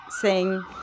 sing